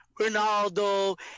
ronaldo